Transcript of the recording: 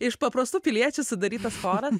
iš paprastų piliečių sudarytas choras